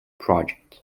projects